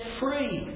free